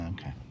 Okay